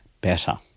better